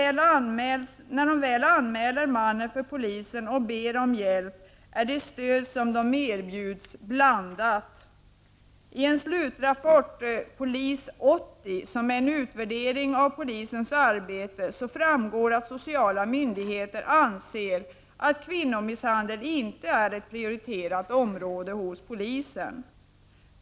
När de väl anmäler mannen för polisen och ber om hjälp, är det stöd som de erbjuds I en slutrapport, Polis 80, som är en utvärdering av polisens arbete, framgår det att sociala myndigheter anser att kvinnomisshandel inte är ett prioriterat område hos polisen.